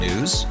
News